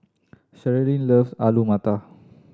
Cherilyn loves Alu Matar